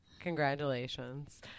congratulations